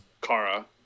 Kara